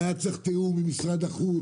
היה צריך תיאום עם משרד החוץ,